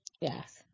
Yes